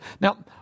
Now